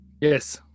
Yes